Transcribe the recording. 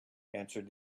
answered